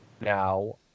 now